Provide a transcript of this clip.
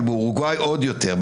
אבל באורוגוואי עוד יותר.